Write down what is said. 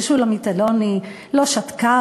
ששולמית אלוני לא שתקה,